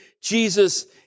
Jesus